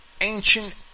ancient